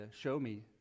show-me